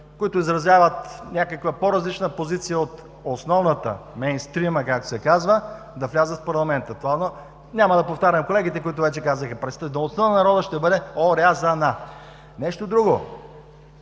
които изразяват някаква по-различна позиция от основната „мейнстрийма“, както се казва, да влязат в парламента. Няма да повтарям колегите, които вече казаха, че представителността на народа ще бъде орязана. Нещо друго,